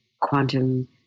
quantum